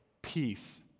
peace